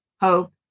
hope